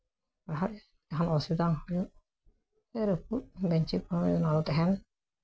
ᱯᱟᱲᱦᱟᱜ ᱡᱟᱦᱟᱱ ᱚᱥᱩᱵᱤᱫᱷᱟ ᱟᱞᱚ ᱦᱩᱭᱩᱜ ᱨᱟᱹᱯᱩᱫ ᱵᱮᱧᱪᱤ ᱠᱚᱦᱚᱸ ᱡᱮᱱᱚ ᱟᱞᱚ ᱛᱟᱦᱮᱱ